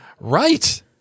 Right